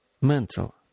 mental